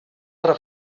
tra